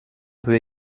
peut